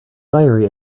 diary